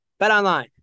BetOnline